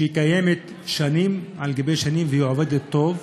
שקיימת שנים על שנים ועובדת טוב,